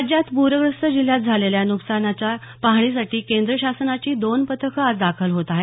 राज्यात पूरग्रस्त जिल्ह्यात झालेल्या नुकसानाच्या पाहणीसाठी केंद्र शासनाची दोन पथकं आज दाखल होत आहेत